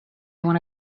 want